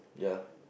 ya